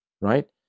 right